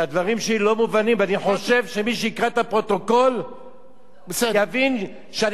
אני חושב שמי שיקרא את הפרוטוקול יבין שאני לא נגעתי בנקודה,